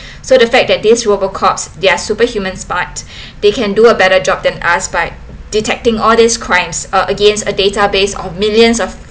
so the fact that these robot cops they're superhuman smart they can do a better job than us by detecting all these crimes against a database of millions of